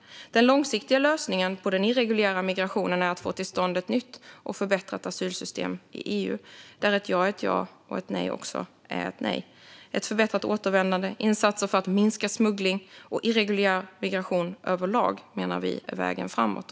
Den långsiktiga lösningen på den irreguljära migrationen är att i EU få till stånd ett nytt och förbättrat asylsystem där ett ja är ett ja och ett nej är ett nej. Ett förbättrat återvändande och insatser för att minska smuggling och irreguljär migration överlag menar vi är vägen framåt.